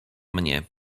mnie